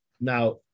Now